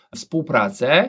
współpracę